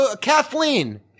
Kathleen